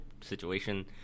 situation